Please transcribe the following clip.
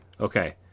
Okay